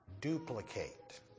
duplicate